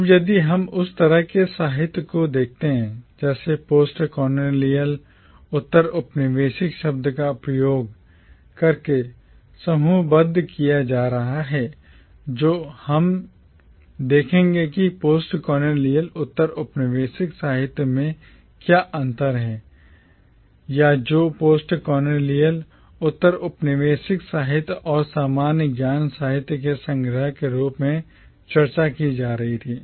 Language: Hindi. अब यदि हम उस तरह के साहित्य को देखते हैं जिसे postcolonial उत्तर औपनिवेशिक शब्द का उपयोग करके समूहबद्ध किया जा रहा है तो हम देखेंगे कि postcolonial उत्तर औपनिवेशिक साहित्य में क्या अंतर है या जो postcolonial उत्तर औपनिवेशिक साहित्य और सामान्य ज्ञान साहित्य के संग्रह के रूप में चर्चा की जा रही थी